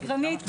גרניט.